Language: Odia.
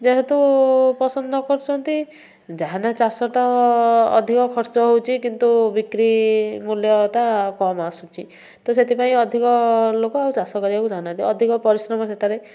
ଯେହେତୁ ପସନ୍ଦ ନ କରୁଛନ୍ତି ଯାହାଲେ ଚାଷ ତ ଅଧିକ ଖର୍ଚ୍ଚ ହେଉଛି କିନ୍ତୁ ବିକ୍ରି ମୂଲ୍ୟ ତ କମ୍ ଆସୁଛି ତ ସେଥିପାଇଁ ଅଧିକ ଲୋକ ଆଉ ଚାଷ କରିବାକୁ ଚାହୁଁ ନାହାନ୍ତି ଅଧିକ ପରିଶ୍ରମ ସେଥିରେ